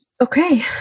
Okay